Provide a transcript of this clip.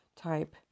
type